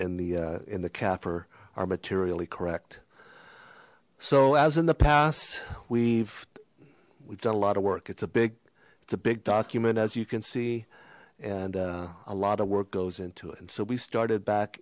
in the in the kafir are materially correct so as in the past we've we've done a lot of work it's a big it's a big document as you can see and a lot of work goes into it and so we started back